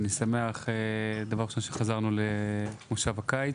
אני שמח שחזרנו לכנס הקיץ,